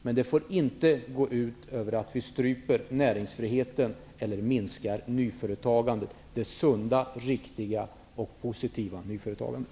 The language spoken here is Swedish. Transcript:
Men det får inte innebära att vi stryper näringsfriheten eller minskar nyföretagandet -- det sunda, riktiga och positiva nyföretagandet.